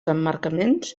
emmarcaments